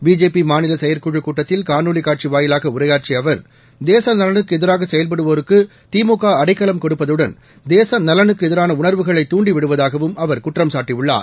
BJP மாநில செயற்குழுக் கூட்டத்தில் காணொலிக் காட்சி வாயிலாக உரையாற்றிய அவர் தேசநலனுக்கு எதிராக செயல்படுவோருக்கு திமுக அடைக்கலம் கொடுப்பதுடன் தேசநலனுக்கு எதிரான உணர்வுகளை துண்டி விடுவதாகவும் அவர் குற்றம் சாட்டியுள்ளார்